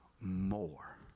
more